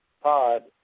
pod